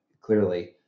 clearly